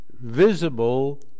visible